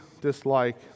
dislike